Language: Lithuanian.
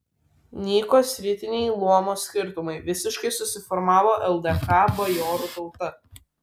nyko sritiniai luomo skirtumai visiškai susiformavo ldk bajorų tauta